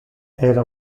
era